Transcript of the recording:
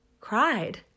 cried